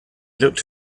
looked